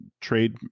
trade